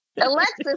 Alexis